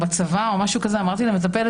או כשהייתי בצבא.